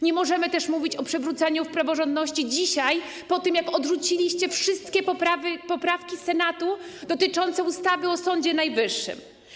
Nie możemy też mówić o przywróceniu praworządności dzisiaj po tym, jak odrzuciliście wszystkie poprawki Senatu dotyczące ustawy o Sądzie Najwyższym.